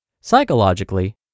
Psychologically